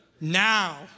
Now